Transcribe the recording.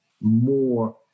more